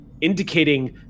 indicating